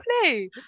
play